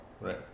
Right